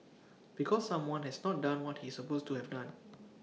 because someone has not done what he supposed to have done